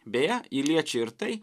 beje ji liečia ir tai